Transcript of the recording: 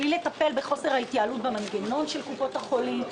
בלי לטפל בחוסר היעילות במנגנון של קופות החולים.